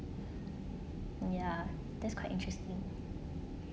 ya that's quite interesting